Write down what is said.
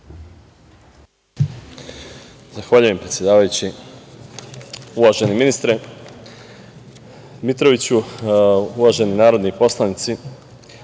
Zahvaljujem, predsedavajući. Uvaženi ministre Dmitroviću, uvaženi narodni poslanici,